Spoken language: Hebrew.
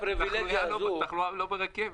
התחלואה לא ברכבת.